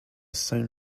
sewn